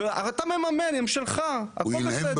אתה מממן, הם שלך, הכל בסדר.